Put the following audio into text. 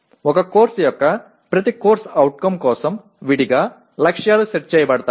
ఒక కోర్సు యొక్క ప్రతి CO కోసం విడిగా లక్ష్యాలు సెట్ చేయబడతాయి